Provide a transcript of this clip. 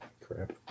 Crap